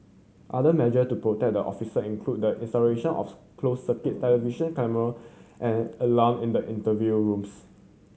other measure to protect the officer include the installation of closed circuit television camera and alarm in the interview rooms